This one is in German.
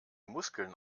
muskeln